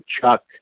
Chuck